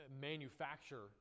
manufacture